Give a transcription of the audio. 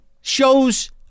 Shows